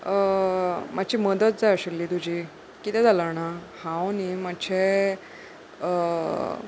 मातशी मदत जाय आशिल्ली तुजी कितें जाला जाणा हांव न्हय मातशें